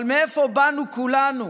אבל מאיפה באנו כולנו?